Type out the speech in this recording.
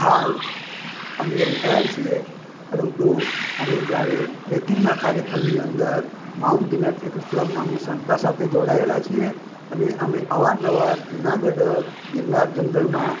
હાલ અમે રિટાયર છીએ પરંતુ અમે જ્યારે ટ્રેકિંગના કાર્યક્રમની અંદર માઉન્ટ ગીરનાર ટ્રેકર્સ કલબ નામની સંસ્થા સાથે જોડાએલા છીએ અને અમે અવારનવાર જૂનાગઢ ગિરનાર જંગલમાં